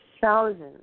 thousands